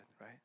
right